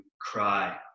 cry